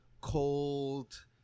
cold